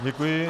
Děkuji.